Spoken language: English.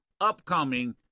upcoming